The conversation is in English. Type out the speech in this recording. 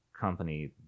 company